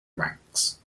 ranks